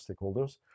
stakeholders